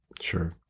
sure